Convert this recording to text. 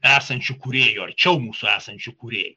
esančių kūrėjų arčiau mūsų esančių kūrėjų